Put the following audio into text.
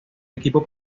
equipo